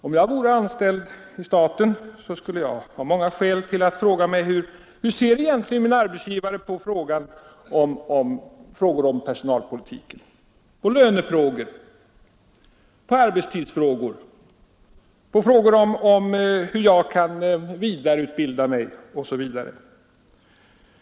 Om jag vore anställd av staten skulle jag ha många skäl att fråga mig Hur ser egentligen min arbetsgivare på frågor om personalpolitiken, på osv.?